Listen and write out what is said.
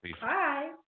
hi